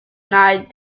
night